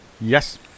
Yes